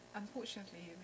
unfortunately